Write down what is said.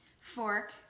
fork